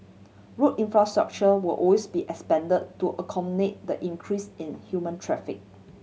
road infrastructure will also be expand to accommodate the increase in human traffic